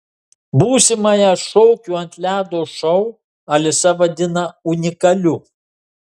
būsimąją šokių ant ledo šou alisa vadina unikaliu